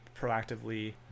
proactively